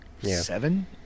Seven